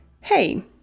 Hey